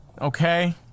okay